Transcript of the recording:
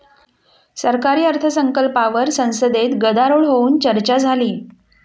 सरकारी अर्थसंकल्पावर संसदेत गदारोळ होऊन चर्चा झाली